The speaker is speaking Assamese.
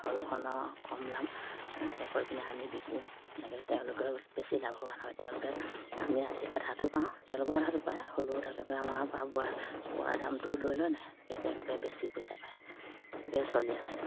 সৰুখনৰ কম দাম এনেকৈ কৈ পিনে আমি বিকোঁ এনেকৈ তেওঁলোকে বেছি লাভৱান হয় তেওঁলোকে আমি আধি আধাটো পাওঁ তেওঁলোকেও আধাটো পায় হ'লেও তেনেকৈ আমাৰ বোৱাৰ দামটোও লৈ লয় নাই এনেকৈ তেওঁলোকে বেছি পইচা পায় এনেকৈ চলি আছে